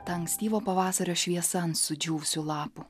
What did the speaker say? ta ankstyvo pavasario šviesa ant sudžiūvusių lapų